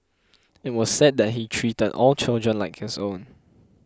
it was said that he treated all children like his own